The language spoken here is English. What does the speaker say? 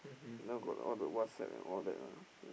then now got all the WhatsApp and all that ah